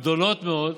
גדולות מאוד,